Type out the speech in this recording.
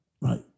right